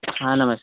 हाँ नमस्ते